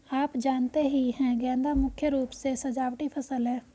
आप जानते ही है गेंदा मुख्य रूप से सजावटी फसल है